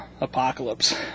Apocalypse